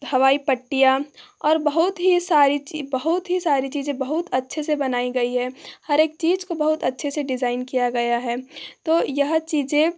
हवाई पट्टियाँ और बहुत ही सारी बहुत ही सारी चीज़ें बहुत अच्छे से बनाई गई हैं हर एक चीज को बहुत अच्छे से डिज़ाइन किया गया है तो यह चीज़ें